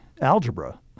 algebra